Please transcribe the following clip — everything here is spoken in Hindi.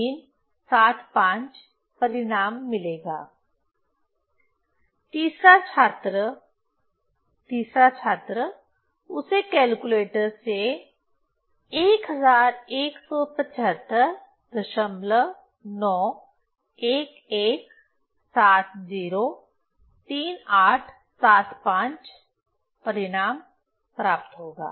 तीसरा छात्र तीसरा छात्र उसे कैलकुलेटर से 1175911703875 परिणाम प्राप्त होगा